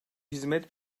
hizmet